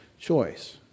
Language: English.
choice